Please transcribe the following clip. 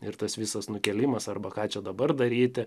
ir tas visas nukėlimas arba ką čia dabar daryti